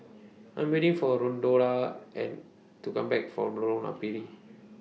I Am waiting For Rolanda and to Come Back from Lorong Napiri